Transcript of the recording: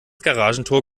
garagentor